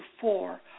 four